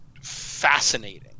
fascinating